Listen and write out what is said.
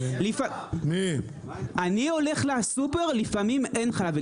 אני הולך לסופר לפעמים אין חלב.